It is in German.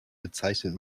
bezeichnet